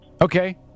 Okay